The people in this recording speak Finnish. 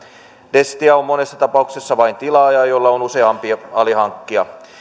destia on monessa tapauksessa vain tilaaja jolla on useampi alihankkija